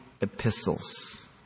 epistles